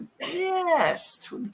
Yes